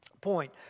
point